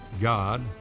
God